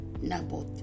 Naboth